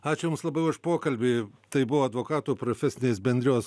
ačiū jums labai už pokalbį tai buvo advokatų profesinės bendrijos